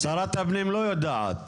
שרת הפנים לא יודעת.